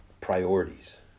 priorities